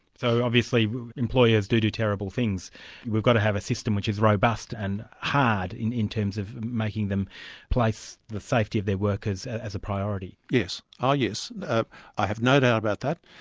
so obviously employers do do terrible things we've got to have a system which is robust and hard in in terms of making them place the safety of their workers as a priority. yes. ah i have no doubt about that.